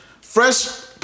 fresh